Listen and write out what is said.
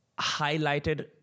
highlighted